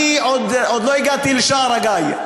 אני עוד לא הגעתי לשער-הגיא.